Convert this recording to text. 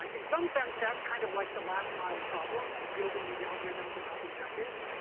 in some sense, that's kind of like the last-mile problem of building these algorithms and helping judges.